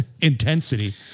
Intensity